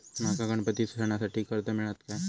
माका गणपती सणासाठी कर्ज मिळत काय?